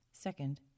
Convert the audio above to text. Second